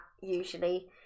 usually